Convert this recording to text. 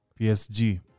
PSG